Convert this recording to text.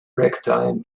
ragtime